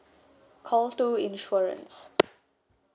call two insurance